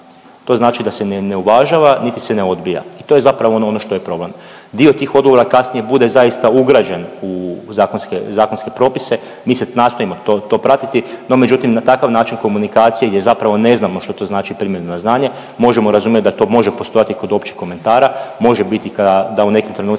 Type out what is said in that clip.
To znači da se ne uvažava niti se ne odbija. To je zapravo ono što je problem. Dio tih odgovora kasnije bude zaista ugrađen u zakonske propise. Mi nastojimo to pratiti, no međutim na takav način komunikacije gdje zapravo ne znamo što to znači primljeno na znanje možemo razumjeti da to može postojati kod općih komentara, može biti da u nekim trenucima